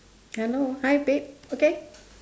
hello hi babe okay